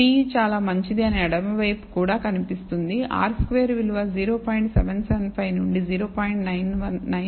T చాలా మంచిది అని ఎడమ వైపు కూడా కనిపిస్తుంది r స్క్వేర్డ్ విలువ 0775 నుండి 0